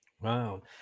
Wow